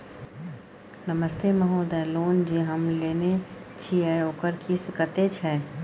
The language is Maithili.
नमस्ते महोदय, लोन जे हम लेने छिये ओकर किस्त कत्ते छै?